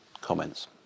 comments